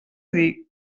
dir